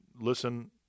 listen